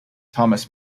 thomas